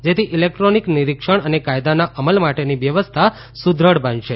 જેથી ઇલેક્ટ્રોનિક નિરીક્ષણ અને કાયદાના અમલ માટેની વ્યવસ્થા સુદ્રઢ બનશે